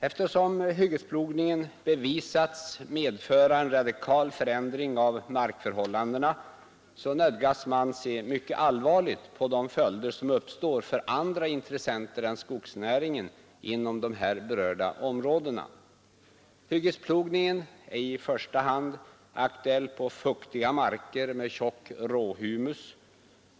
Eftersom hyggesplogningen bevisats medföra en radikal förändring av markförhållandena, nödgas man se mycket allvarligt på de följder som uppstår för andra intressenter än skogsnäringen inom berörda områden. Hyggesplogningen är i första hand aktuell på fuktiga marker med tjock råhumus.